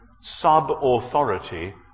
sub-authority